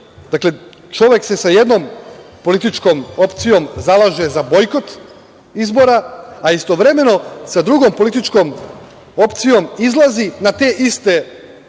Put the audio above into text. Dakle, čovek se sa jednom političkom opcijom zalaže za bojkot izbora, a istovremeno sa drugom političkom opcijom izlazi na te iste izbore,